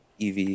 EV